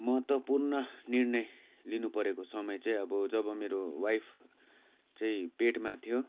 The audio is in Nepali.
महत्त्वपूर्ण निर्णय लिनुपरेको समय चाहिँ अब जब मेरो वाइफ चाहिँ पेटमा थियो